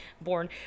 born